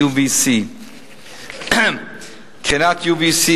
UVC. קרינת UVC,